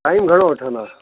time घणो वठंदा